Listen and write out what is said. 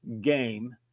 game